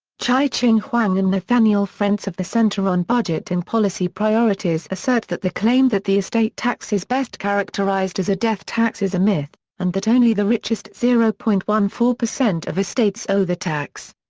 chye-ching huang and nathaniel frentz of the center on budget and policy priorities assert that the claim that the estate tax is best characterized as a death tax is a myth, and that only the richest zero point one four of estates owe the tax.